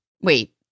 wait